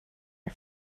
are